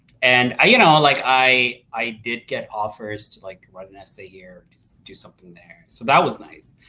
and you know like i i did get offers to like write an essay here or do something there, so that was nice.